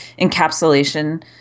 encapsulation